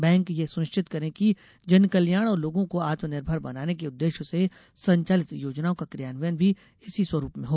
bank यह सुनिश्चित करें कि जनकल्याण और लोगों को आत्म निर्भर बनाने के उददेश्य से संचालित योजनाओं का कियान्वयन भी इसी स्वरूप में हो